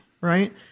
Right